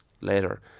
later